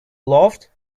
loved